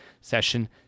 session